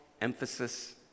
emphasis